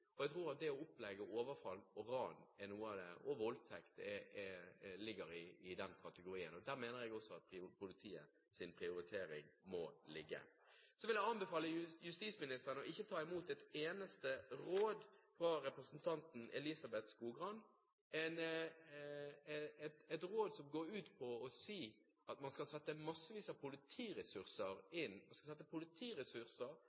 Jeg tror at det å oppleve overfall, ran og voldtekt ligger i den kategorien. Her mener jeg politiets prioritet må ligge. Så vil jeg anbefale justisministeren om ikke å ta imot et eneste råd fra representanten Elizabeth Skogrand – råd som går ut på at man skal sette inn massevis av